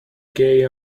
gay